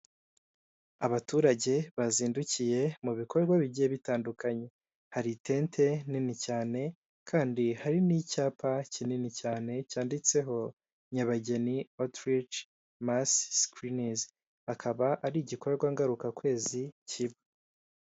Abaturage bazindukiye mu bikorwa bigiye bitandukanye, hari itente nini cyane kandi hari n'icyapa kinini cyane cyanditseho Nyabageni otirici masi sikirinizi, akaba ari igikorwa ngaruka kwezi kiba.